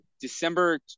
December